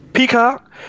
Peacock